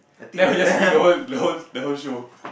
then I will just win the whole the whole the whole show